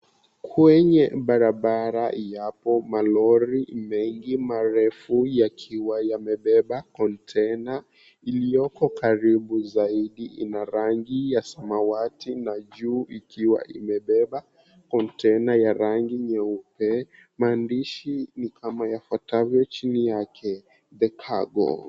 Kwenye barabara yapo malori mengi marefu yakiwa yamebeba container iliyoko karibu zaidi inarangi ya samawati na juu ikiwa imebeba container ya rangi nyeupe maandishi nikama yafuatavyo chini yake the cargo .